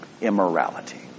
immorality